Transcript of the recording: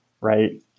right